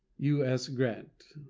u s. grant.